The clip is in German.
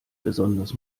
besonders